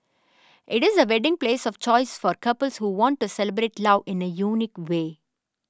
it is the wedding place of choice for couples who want to celebrate love in a unique way